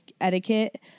etiquette